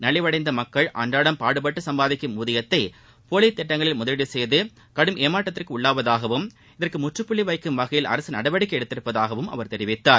நலிவடைந்த மக்கள் அன்றாடம் பாடுபட்டு சும்பாதிக்கும் ஊதியத்தை போலி திட்டங்களில் முதலீடு செய்து கடும் ஏமாற்றத்திற்கு உள்ளாவதாகவும் இதற்கு முற்றுப்புள்ளி வைக்கும் வகையில் அரசு நடவடிக்கை எடுத்துள்ளதாகவும் அவர் தெரிவித்தார்